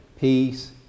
Peace